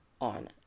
on